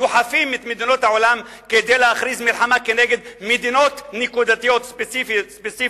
דוחפים את מדינות העולם להכריז מלחמה כנגד מדינות נקודתיות ספציפיות,